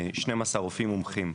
12 רופאים מומחים.